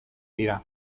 dira